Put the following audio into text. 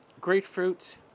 grapefruit